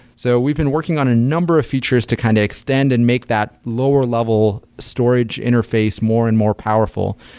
so we've been working on a number of features to kind of extend and make that lower level storage interface more and more powerful.